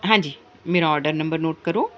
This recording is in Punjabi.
ਹਾਂਜੀ ਮੇਰਾ ਆਰਡਰ ਨੰਬਰ ਨੋਟ ਕਰੋ